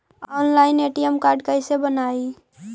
Online ATM card कैसे बनाई?